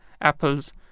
apples